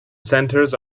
centers